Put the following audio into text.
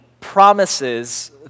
promises